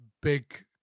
big